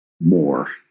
more